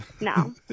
No